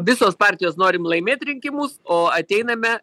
visos partijos norim laimėt rinkimus o ateiname